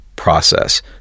Process